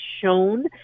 shown